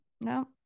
No